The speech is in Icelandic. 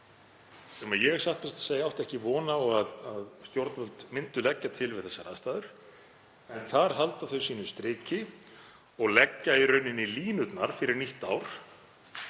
Ég átti satt best að segja ekki von á að stjórnvöld myndu leggja það til við þessar aðstæður en þar halda þau sínu striki og leggja í raun línurnar fyrir nýtt ár